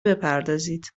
بپردازید